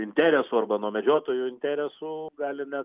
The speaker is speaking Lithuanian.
interesų arba nuo medžiotojų interesų gali net